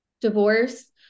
divorce